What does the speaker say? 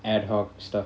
ad hoc stuff